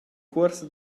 cuorsa